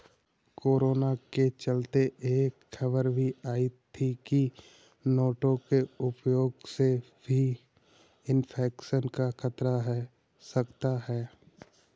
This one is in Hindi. कोरोना के चलते यह खबर भी आई थी की नोटों के उपयोग से भी इन्फेक्शन का खतरा है सकता है